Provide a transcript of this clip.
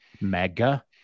mega